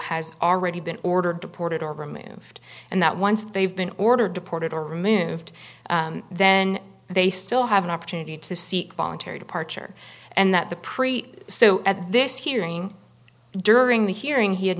has already been ordered deported or removed and that once they've been ordered deported or removed then they still have an opportunity to seek voluntary departure and that the pre so at this hearing during the hearing he had